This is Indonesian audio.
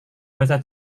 bahasa